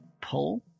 pull